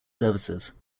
services